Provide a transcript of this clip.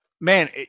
man